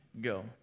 go